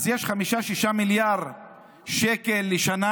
אז יש 6-5 מיליארד שקל לשנה,